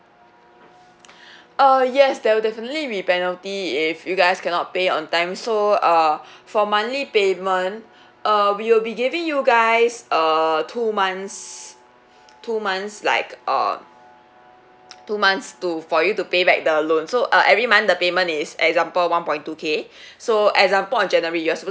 uh yes there will definitely be penalty if you guys cannot pay on time so uh for monthly payment uh we will be giving you guys err two months two months like uh two months to for you to pay back the loan so uh every month the payment is example one point two K so example on january you are supposed